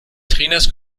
trainers